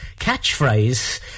catchphrase